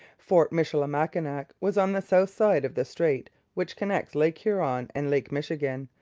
fort michilimackinac was on the south side of the strait which connects lake huron and lake michigan,